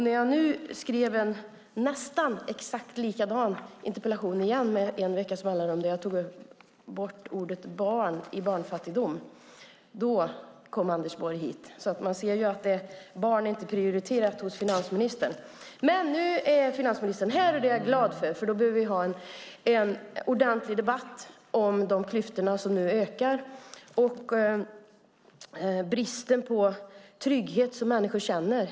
När jag nu skrev en nästan exakt likadan interpellation med en veckas mellanrum där jag tog bort ledet barn i ordet barnfattigdom kom Anders Borg hit. Man ser ju att barn inte är prioriterade hos finansministern. Nu är finansministern här, och det är jag glad för. Vi behöver ha en ordentlig debatt om de klyftor som nu ökar och bristen på trygghet som människor känner av.